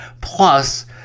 Plus